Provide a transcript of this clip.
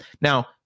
Now